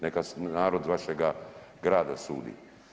Neka narod vašega grada sudi.